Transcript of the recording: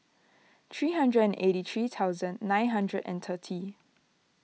three hundred and eighty three thousand nine hundred and thirty